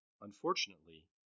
Unfortunately